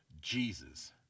Jesus